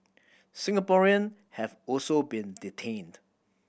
Singaporean have also been detained